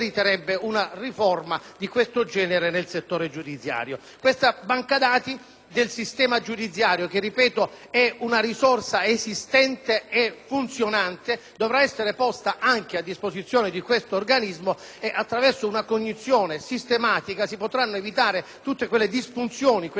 Questa banca dati, che, ripeto, è una risorsa esistente e funzionante, dovrà essere posta anche a disposizione di tale organismo e, attraverso una cognizione sistematica, si potranno evitare tutte quelle disfunzioni, quegli errori inutili e dannosi che riguardano il settore del patrimonio confiscato alla